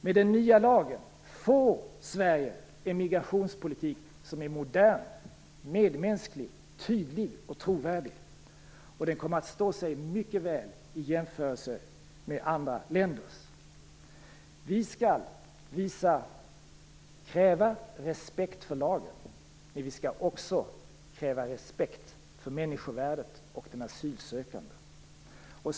Med den nya lagen får Sverige en migrationspolitik som är modern, medmänsklig, tydlig och trovärdig. Den kommer att stå sig mycket väl i jämförelse med andra länders. Vi skall visa, och kräva, respekt lagen, men vi skall också kräva respekt för människovärdet och för de asylsökande.